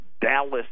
Dallas